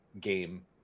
game